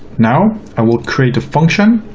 now, i will create a function.